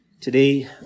Today